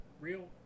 Real